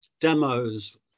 demos